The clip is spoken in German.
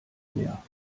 mehr